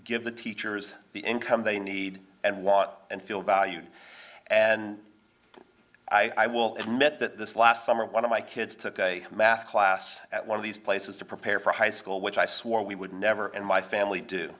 give the teachers the income they need and want and feel valued and i will admit that this last summer one of my kids took a math class at one of these places to prepare for high school which i swore we would never in my family do